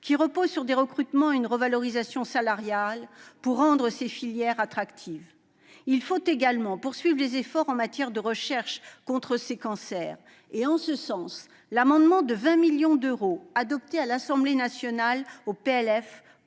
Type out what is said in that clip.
qui repose sur des recrutements et une revalorisation salariale, pour rendre ces filières attractives. Il faut également poursuivre les efforts en matière de recherche contre ces cancers. En ce sens, l'amendement de 20 millions d'euros, adopté à l'Assemblée nationale dans